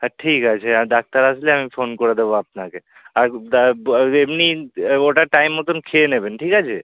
হ্যাঁ ঠিক আছে আর ডাক্তার আসলে আমি ফোন করে দেবো আপনাকে আর ডা বা এমনি ওটা টাইম মতন খেয়ে নেবেন ঠিক আছে